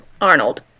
Arnold